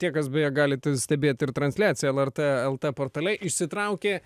tie kas beje galit stebėt ir transliaciją lrt lt portale išsitraukė